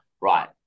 right